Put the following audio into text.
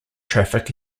traffic